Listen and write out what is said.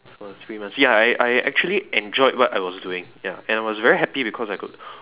about three months ya I I actually enjoyed what I was doing ya and I was very happy because I could